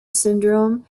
syndrome